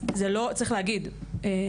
צריך להגיד,